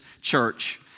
church